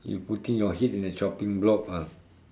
you putting your head in a chopping block ah